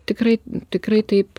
tikrai tikrai taip